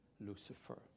Lucifer